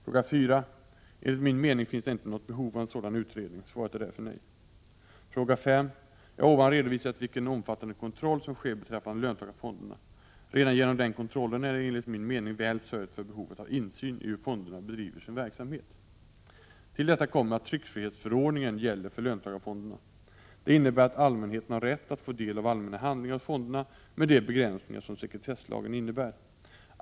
Fråga 4: Enligt min mening finns det inte något behov av en sådan utredning. Svaret är därför nej. Fråga 5: Jag har ovan redovisat vilken omfattande kontroll som sker beträffande löntagarfonderna. Redan genom den kontrollen är det enligt min mening väl sörjt för behovet av insyn i hur fonderna bedriver sin verksamhet. Till detta kommer att tryckfrihetsförordningen gäller för löntagarfonderna. Det innebär att allmänheten har rätt att få del av allmänna handlingar hos fonderna, med de begränsningar som sekretesslagen innebär.